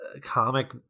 comic